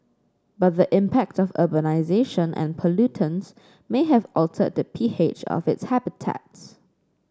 but the impact of urbanisation and pollutants may have altered the pH of its habitats